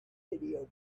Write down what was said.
video